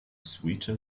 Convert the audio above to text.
sweeter